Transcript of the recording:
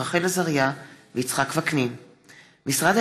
רחל עזריה ויצחק וקנין בנושא: